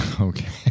Okay